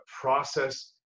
process